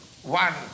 One